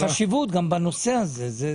החשיבות גם בנושא הזה.